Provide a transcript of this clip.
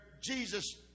Jesus